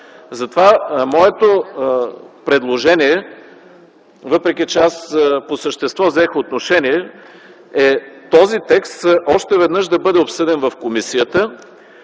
Затова моето предложение, въпреки че аз по същество взех отношение, е този текст още веднъж да бъде обсъден в комисията